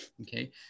okay